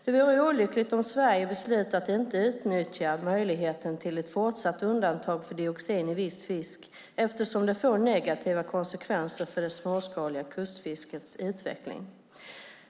Det vore olyckligt om Sverige beslöt att inte utnyttja möjligheten till ett fortsatt undantag för dioxin i viss fisk, eftersom det får negativa konsekvenser för det småskaliga kustfiskets utveckling.